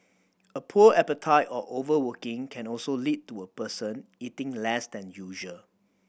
a poor appetite or overworking can also lead to a person eating less than usual